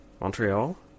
Montreal